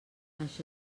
això